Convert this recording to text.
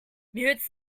mutes